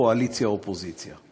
קואליציה אופוזיציה.